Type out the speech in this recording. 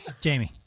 Jamie